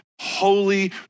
holy